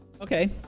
okay